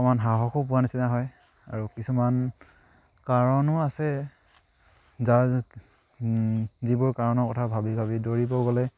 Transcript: অকমান সাহসো পোৱা নিচিনা হয় আৰু কিছুমান কাৰণো আছে যাৰ যিবোৰ কাৰণৰ কথা ভাবি ভাবি দৌৰিব গ'লে